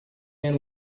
man